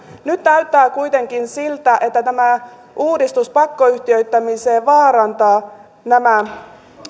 nyt näyttää kuitenkin siltä että tämä uudistus pakkoyhtiöittämisineen vaarantaa nämä